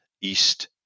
East